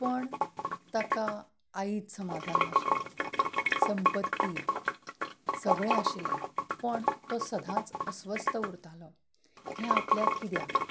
पूण ताका आयज समाधान नाशिल्लें संपत्ती सगळें आशिल्लें पूण तो सदांच अस्वस्थ उरतालो हें आपल्याक कित्याक